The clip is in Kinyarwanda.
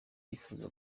yifuza